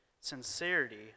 sincerity